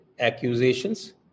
accusations